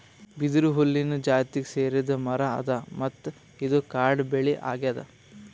ಬಿದಿರು ಹುಲ್ಲಿನ್ ಜಾತಿಗ್ ಸೇರಿದ್ ಮರಾ ಅದಾ ಮತ್ತ್ ಇದು ಕಾಡ್ ಬೆಳಿ ಅಗ್ಯಾದ್